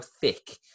thick